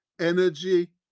energy